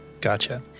Gotcha